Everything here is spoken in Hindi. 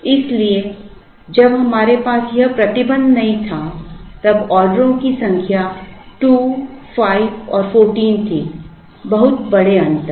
इसलिए जब हमारे पास यह प्रतिबंध नहीं था तब ऑर्डरों की संख्या 2 5 और 14 थी बहुत बड़े अंतर